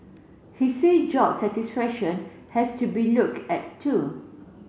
he say job satisfaction has to be looked at too